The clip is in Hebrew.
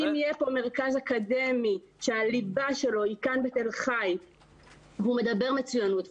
אם יהיה פה מרכז אקדמי שהליבה שלו היא כאן בתל חי והוא מדבר מצוינות,